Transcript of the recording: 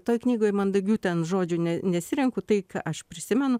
toj knygoje mandagių ten žodžiu ne nesirenku tai ką aš prisimenu